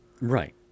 Right